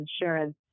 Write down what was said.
insurance